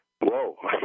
Whoa